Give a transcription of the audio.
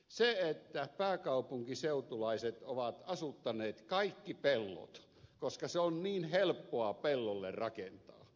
siihen että pääkaupunkiseutulaiset ovat asuttaneet kaikki pellot koska se on niin helppoa pellolle rakentaa